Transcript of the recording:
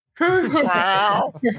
Wow